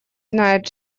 знает